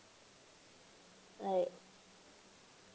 like